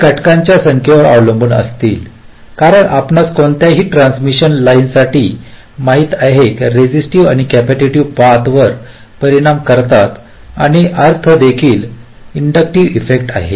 ते घटकांच्या संख्येवर अवलंबून असतील कारण आपणास कोणत्याही ट्रान्समिशन लाइन साठी माहित आहे रेसिस्टिव्ह आणि कॅपेसिटिव्ह पाथ वर परिणाम करतात आणि अर्थ देखील इन्दूक्टिव्ह इफेक्ट आहेत